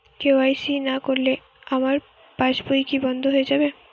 KYC না করলে আমার পাশ বই কি বন্ধ হয়ে যাবে?